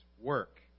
work